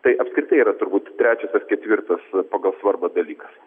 tai apskritai yra turbūt trečias ar ketvirtas pagal svarbą dalykas